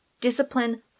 discipline